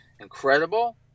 incredible